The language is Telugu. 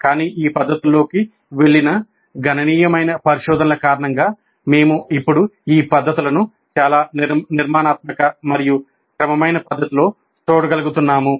కానీ ఈ పద్ధతుల్లోకి వెళ్ళిన గణనీయమైన పరిశోధనల కారణంగా మేము ఇప్పుడు ఈ పద్ధతులను చాలా నిర్మాణాత్మక మరియు క్రమమైన పద్ధతిలో చూడగలుగుతున్నాము